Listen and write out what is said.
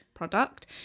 product